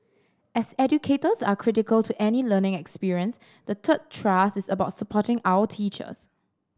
as educators are critical to any learning experience the third thrust is about supporting our teachers